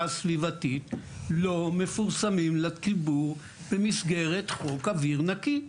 הסביבתית לא מפורסמים לציבור מסגרת חוק אוויר נקי?